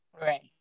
Right